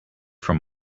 from